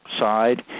side